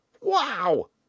Wow